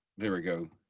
there we go,